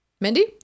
Mindy